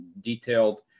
detailed